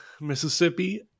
Mississippi